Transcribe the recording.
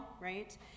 right